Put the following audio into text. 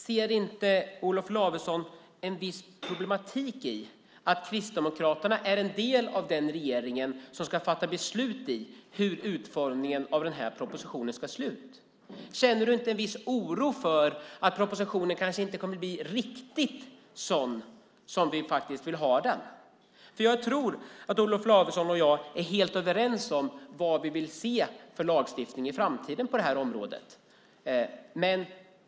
Ser inte Olof Lavesson ett problem i att Kristdemokraterna är en del av den regering som ska fatta beslut om hur utformningen av propositionen ska vara? Känner du inte en viss oro för att propositionen kanske inte kommer att bli riktigt så som vi vill ha den? Jag tror att Olof Lavesson och jag är helt överens om vilken lagstiftning vi vill ha i framtiden på området.